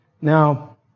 Now